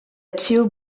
two